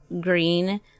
green